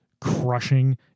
crushing